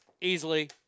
easily